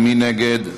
מי נגד?